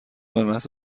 بمحض